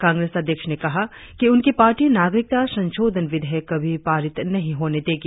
कांग्रेस अध्यक्ष ने कहा कि उनकी पार्टी नागरिकता संशोधन विधेयक कभी पारित नहीं होने देगी